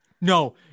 no